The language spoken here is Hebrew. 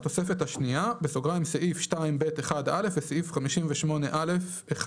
"התוספת השנייה (סעיף 2(ב)(1)(א) וסעיף 58א1)"